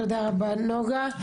תודה נגה.